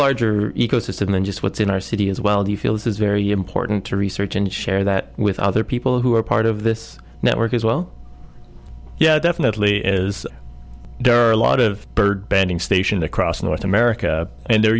larger ecosystem than just what's in our city as well do you feel it is very important to research and share that with other people who are part of this network as well yeah definitely is there are a lot of bird banding station across north america and they're